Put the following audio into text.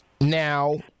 Now